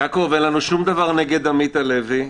יעקב, אין לנו שום דבר נגד עמית הלוי.